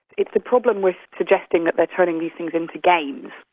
it's a problem with suggesting that they're turning these things into games,